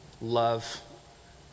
love